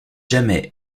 jamais